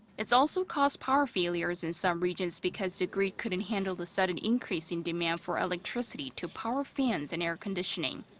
it's also caused power failures in some regions because the grid couldn't handle the sudden increase in demand for electricity to power fans and air conditioning.